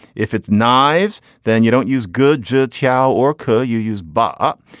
if it's knives, then you don't use good jillette's yao or cur you use but up.